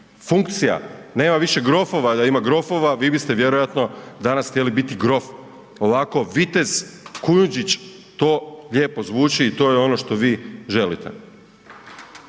funkcija. Nema više grofova, da ima grofova vi biste danas htjeli biti grof. Ovako vitez Kujundžić to lijepo zvuči i to je ono što vi želite.